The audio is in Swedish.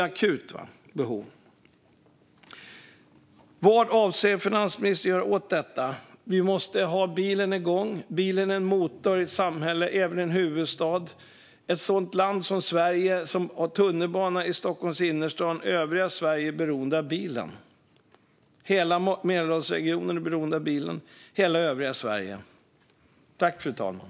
Detta behov är akut. Vad avser finansministern att göra åt detta? Vi måste ha bilen igång. Bilen är en motor i ett samhälle, även i en huvudstad. Sverige har tunnelbana i Stockholms innerstad, men övriga Sverige är beroende av bilen. Hela Mälardalsregionen och hela övriga Sverige är beroende av bilen.